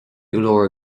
urlár